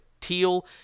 teal